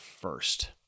first